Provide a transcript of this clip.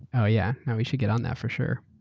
oh yeah, we should get on that for sure.